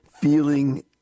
feeling